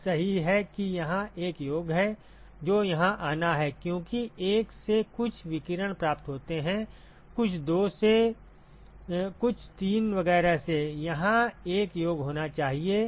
यह सही है कि यहाँ एक योग है जो यहाँ आना है क्योंकि 1 से कुछ विकिरण प्राप्त होते हैं कुछ 2 से कुछ 3 वगैरह से वहाँ एक योग होना चाहिए